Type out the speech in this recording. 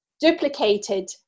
duplicated